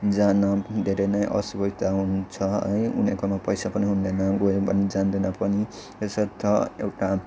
जान धेरै नै असुविधा हुन्छ है उनीहरूकोमा पैसा पनि हुँदैन गयो भने जाँदैन पनि यसर्थ एउटा